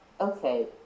okay